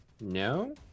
No